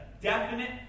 definite